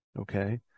Okay